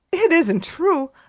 it isn't true!